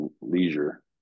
leisure